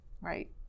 right